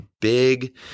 big